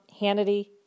Hannity